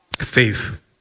faith